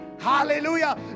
Hallelujah